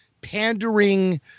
pandering